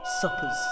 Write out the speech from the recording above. suppers